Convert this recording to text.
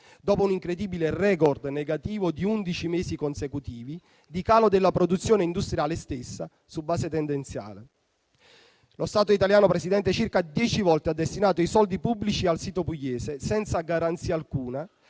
dopo un incredibile *record* negativo di undici mesi consecutivi di calo della produzione industriale stessa su base tendenziale. Lo Stato italiano, Presidente, per circa dieci volte ha destinato i soldi pubblici al sito pugliese, senza garanzia alcuna,